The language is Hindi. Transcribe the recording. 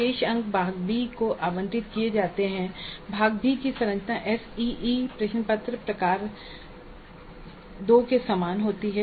शेष अंक भाग बी को आवंटित किए जाते हैं और भाग बी की संरचना एसईई प्रश्न पत्र प्रकार 2 के समान होती है